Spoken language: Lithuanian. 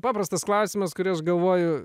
paprastas klausimas kurį aš galvoju